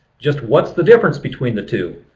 just what's the difference between the two?